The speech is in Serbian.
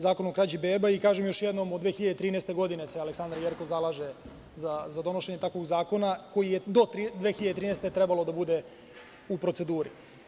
Zakon o krađi beba, kažem još jednom od 2013. godine se Aleksandra Jerkov zalaže za donošenje takvog zakona, koji je do 2013. trebalo da bude u proceduri.